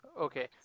Okay